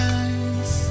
eyes